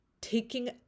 taking